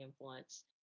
influence